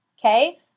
Okay